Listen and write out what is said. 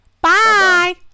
Bye